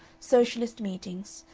socialist meetings,